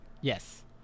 Yes